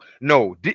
No